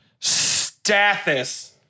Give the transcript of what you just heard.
Stathis